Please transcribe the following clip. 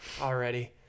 already